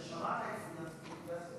שמעת את ההתנצלות, באסל?